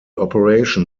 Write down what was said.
operation